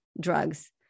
drugs